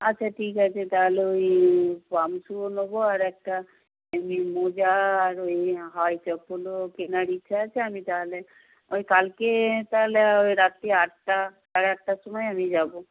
আচ্ছা ঠিক আছে তাহলে ওই পামসুও নোবো আর একটা মোজা আর ওই হাওয়াই চপ্পলও কেনার ইচ্ছা আছে আমি তাহলে ওই কালকে তাহলে ওই রাত্রি আটটা সাড়ে আটটার সময় আমি যাব